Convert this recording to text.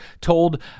told